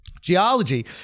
Geology